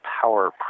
power